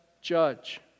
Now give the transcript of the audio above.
judge